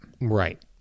Right